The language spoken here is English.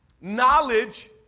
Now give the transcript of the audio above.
Knowledge